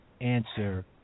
answer